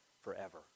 forever